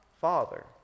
Father